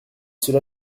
cela